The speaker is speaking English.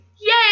Yay